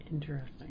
Interesting